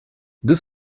deux